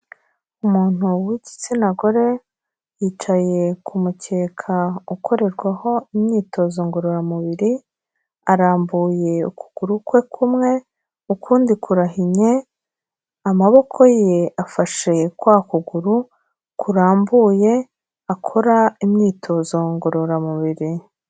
Umuntu w'igitsina gore, yicaye ku mukeka ukorerwaho imyitozo ngororamubiri, arambuye ukuguru kwe kumwe, ukundi kurahinnye, amaboko ye afashe kwa kuguru kurambuye, akora imyitozo ngororamubiri.